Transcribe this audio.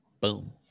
Boom